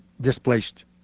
displaced